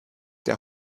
der